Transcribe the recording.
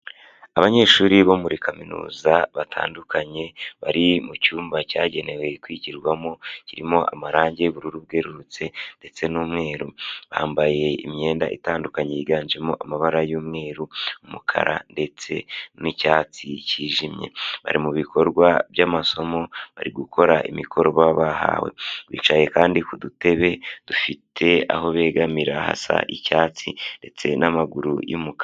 Abanyeshuri bo muri kaminuza batandukanye, bari mu cyumba cyagenewe kwigirwarwamo, kirimo amarangi y'ubururu bwerurutse ndetse n'umweru. Bambaye imyenda itandukanye, yiganjemo amabara y'umweru, umukara ndetse n'icyatsi cyijimye. Bari mu bikorwa by'amasomo, bari gukora imikoro bahawe. Bicaye kandi kudutebe dufite aho begamira hasa icyatsi ndetse n'amaguru y'umukara.